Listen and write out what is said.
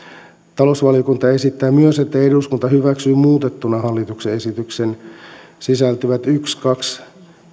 talousvaliokunta esittää myös että eduskunta hyväksyy muutettuna hallituksen esitykseen sisältyvät yksi kaksi